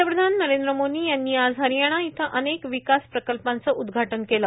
पंतप्रधान नरेंद्र मोदी यांनी आज हरियाणा इथं अनेक विकास प्रकल्पांचं उदघाटन केलं